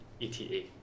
ETA